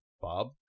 Bob